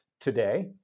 today